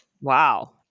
wow